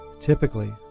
Typically